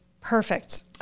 perfect